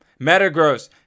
Metagross